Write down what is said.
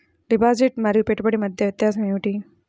Deposit మరియు పెట్టుబడి మధ్య వ్యత్యాసం ఏమిటీ?